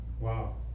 Wow